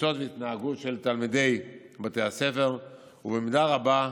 תפיסות והתנהגות של תלמידי בתי הספר, ובמידה רבה,